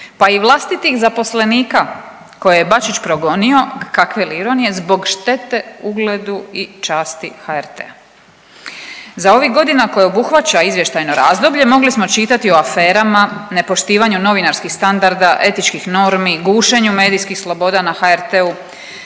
pa i vlastitih zaposlenika koje je Bačić progonio, kakve li ironije, zbog štete ugledu i časti HRT-a? Za ove godine koje obuhvaća izvještajno razdoblje mogli smo čitati o aferama, nepoštivanju novinarskih standarda, etičkih normi, gušenju medijskih sloboda na HRT-u,